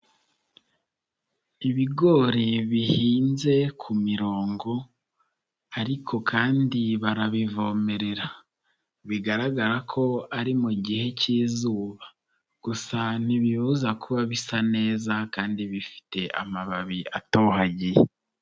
Ibigori bihinze ku mirongo ariko kandi barabivomerera bigaragara ko ari mu gihe cy'izuba gusa ntibibuza kuba bisa neza kandi bifite amababi atohagiye.